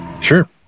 Sure